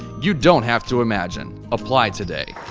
you don't have to imagine. apply today